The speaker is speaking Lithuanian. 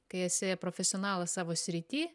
kai esi profesionalas savo srity